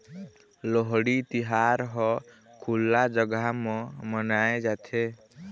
लोहड़ी तिहार ह खुल्ला जघा म मनाए जाथे